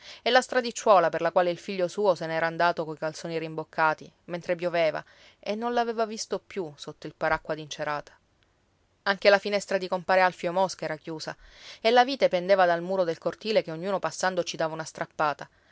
e la stradicciuola per la quale il figlio suo se ne era andato coi calzoni rimboccati mentre pioveva e non l'aveva visto più sotto il paracqua d'incerata anche la finestra di compare alfio mosca era chiusa e la vite pendeva dal muro del cortile che ognuno passando ci dava una strappata